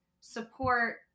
support